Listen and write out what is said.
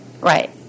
right